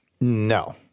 no